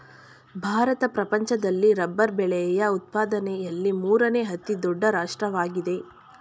ಭಾರತ ಪ್ರಪಂಚದಲ್ಲಿ ರಬ್ಬರ್ ಬೆಳೆಯ ಉತ್ಪಾದನೆಯಲ್ಲಿ ಮೂರನೇ ಅತಿ ದೊಡ್ಡ ರಾಷ್ಟ್ರವಾಗಿದೆ